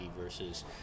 versus